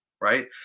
right